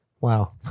Wow